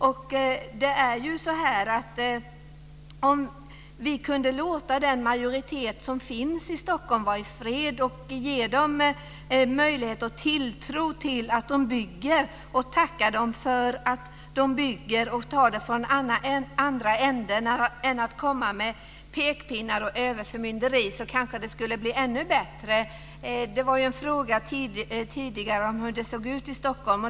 Om vi kunde låta den majoritet som finns i Stockholm vara i fred och ge den möjlighet och tilltro till att den bygger, tacka den för att den bygger och ta det från andra ändan, i stället för att komma med pekpinnar och överförmynderi, kanske det skulle bli ännu bättre. Det var tidigare en fråga om hur det ser ut i Stockholm.